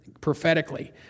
prophetically